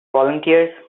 volunteers